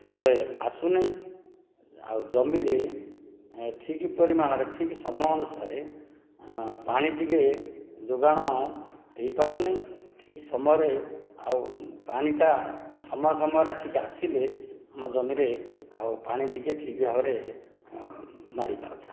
କେତେବେଳେ ଆସୁନାହିଁ ଆଉ ଜମିରେ ଠିକ୍ ପରିମାଣରେ ଠିକ୍ ସମୟ ଅନୁସାରେ ପାଣି ଟିକେ ଯୋଗାଣ ହୋଇପାରୁନି ଠିକ୍ ସମୟରେ ଆଉ ପାଣିଟା ସମୟ ସମୟରେ ଠିକ୍ ଆସିଲେ ଆମ ଜମିରେ ଆଉ ପାଣି ଟିକେ ଠିକ୍ ଭାବରେ ମାଡ଼ି ପାରନ୍ତା